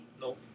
Nope